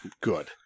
Good